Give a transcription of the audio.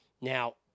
Now